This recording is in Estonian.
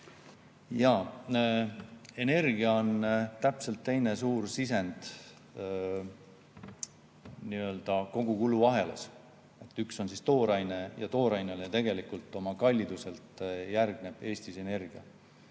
Jaa, energia on teine suur sisend kogukuluahelas. [Esimene] on tooraine. Toorainele ju tegelikult oma kalliduselt järgneb Eestis energia.